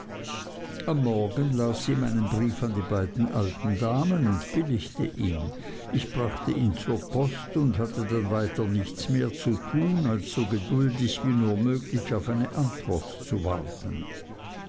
am morgen las sie meinen brief an die beiden alten damen und billigte ihn ich brachte ihn zur post und hatte dann weiter nichts mehr zu tun als so geduldig wie nur möglich auf eine antwort zu warten